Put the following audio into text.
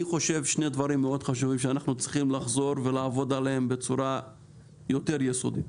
שני דברים שאנחנו צריכים לחזור עליהם ולעבוד עליהם בצורה יותר יסודית: